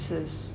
is